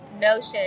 notion